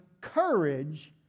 courage